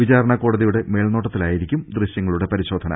വിചാരണ കോടതിയുടെ മേൽനോ ട്ടത്തിലായിരിക്കും ദൃശ്യങ്ങളുടെ പരിശോധന